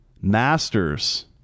masters